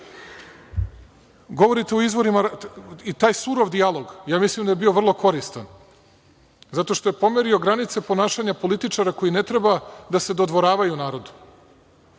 o izborima. I taj surov dijalog, ja mislim da je bio vrlo koristan, zato što je pomerio granice ponašanja političara koji ne treba da se dodvoravaju narodu.